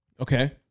Okay